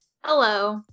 Hello